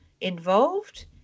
involved